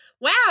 Wow